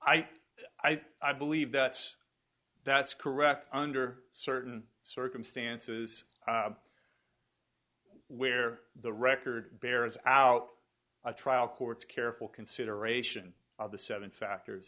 think i believe that's that's correct under certain circumstances where the record bears out a trial court's careful consideration of the seven factors